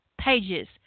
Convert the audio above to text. pages